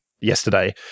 yesterday